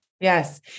Yes